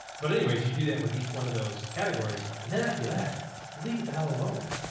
but anyways, you do that with each one of those categories. and then after that you leave it the hell alone.